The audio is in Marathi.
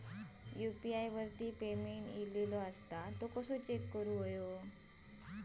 यू.पी.आय वरती पेमेंट इलो तो कसो चेक करुचो?